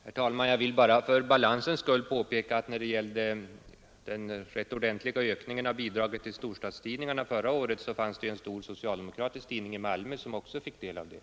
Herr talman! Jag vill bara för balansens skull påpeka att när det gällde den rätt ordentliga ökningen av bidraget till storstadstidningarna förra året var det en stor socialdemokratisk tidning i Malmö som också fick del av det.